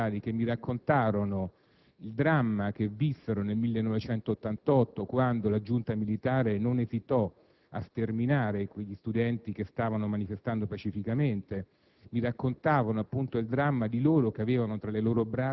Erano giovani studenti universitari che mi raccontarono il dramma che vissero nel 1988, quando la giunta militare non esitò a sterminare quegli studenti che stavano manifestando pacificamente.